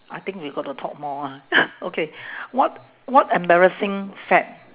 I think we got to talk more ah okay what what embarrassing fad